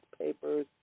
papers